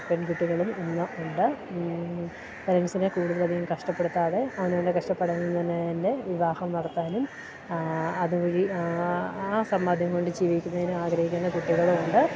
പെൺകുട്ടികളും ഇന്നുണ്ട് പേരെൻസിനെ കൂടുതലധികം കഷ്ടപ്പെടുത്താതെ അവനവന്റെ കഷ്ടപ്പാടില് തന്നെ വിവാഹം നടത്താനും അതുവഴി ആ സമ്പാദ്യം കൊണ്ട് ജീവിക്കുന്നതിനും ആഗ്രഹിക്കുന്ന കുട്ടികളുമുണ്ട്